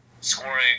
scoring